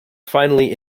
finally